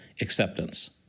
acceptance